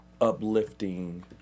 uplifting